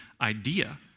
idea